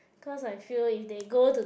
cause I feel if they go to the